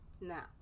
Now